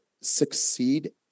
succeed